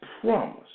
promise